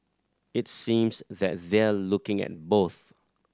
it seems that they're looking at both